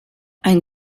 ein